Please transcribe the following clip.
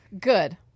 Good